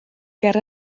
ger